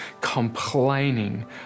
complaining